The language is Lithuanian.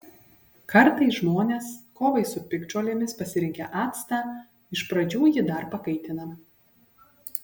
kartais žmonės kovai su piktžolėmis pasirinkę actą iš pradžių jį dar pakaitina